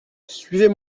suivez